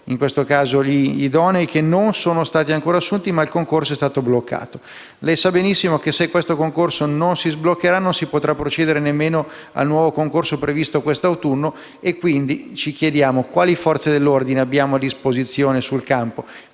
in questo caso - gli idonei che non sono stati ancora assunti, poiché il concorso è stato bloccato. Lei sa benissimo che, se questo concorso non si sbloccherà, non si potrà procedere nemmeno al nuovo concorso previsto per il prossimo autunno. Ci chiediamo quali Forze dell'ordine abbiamo a disposizione sul campo,